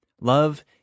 Love